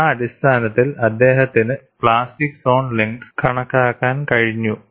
ആ അടിസ്ഥാനത്തിൽ അദ്ദേഹത്തിന് പ്ലാസ്റ്റിക് സോൺ ലെങ്ത് കണക്കാക്കാൻ കഴിഞ്ഞു